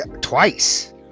twice